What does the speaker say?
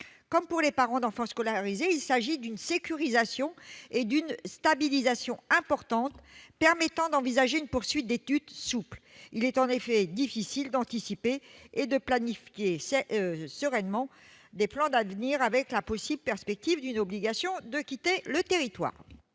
comme pour les parents d'enfants scolarisés, il s'agit d'une sécurisation et d'une stabilisation importantes, permettant d'envisager une poursuite d'études souple. Il est en effet difficile d'anticiper et de planifier sereinement l'avenir si l'on risque de se voir signifier une obligation de quitter le territoire